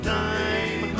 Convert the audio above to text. time